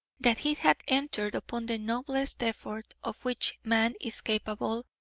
that he had entered upon the noblest effort of which man is capable,